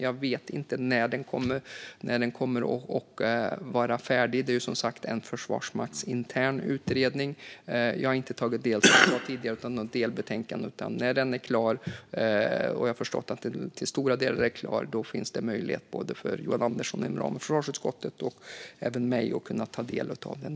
Jag vet inte när den kommer att vara färdig. Det är som sagt en försvarsmaktsintern utredning, och jag har inte tagit del av något delbetänkande. När den är klar finns det möjlighet för både Johan Andersson inom ramen för försvarsutskottet och mig att ta del av den.